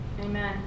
Amen